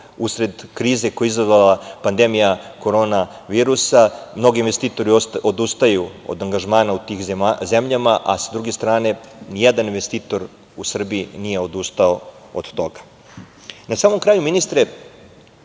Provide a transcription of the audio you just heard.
usred krize koju je izazvala pandemija Korona virusa i mnogi investitori odustaju od angažmana u tim zemljama, a sa druge strane, nijedan investitor nije odustao u Srbiji od toga. Na samom kraju ministre